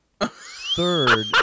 Third